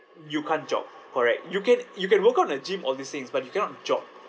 you can't jog correct you can you can work on a gym all this things but you cannot jog